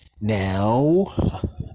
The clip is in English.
Now